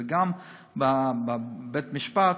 וגם בבית-המשפט,